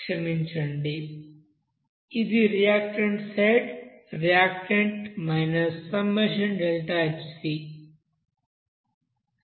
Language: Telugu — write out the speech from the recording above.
క్షమించండి ఇది రియాక్టెంట్ సైడ్ రియాక్టెంట్ ΔHcఇదిస్టాండర్డ్ హీట్ అఫ్ కంబషన్ వద్ద ni